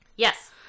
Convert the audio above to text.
Yes